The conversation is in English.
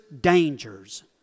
dangers